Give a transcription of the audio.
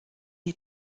die